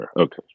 Okay